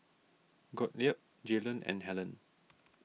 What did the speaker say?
Gottlieb Jaylon and Hellen